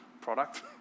product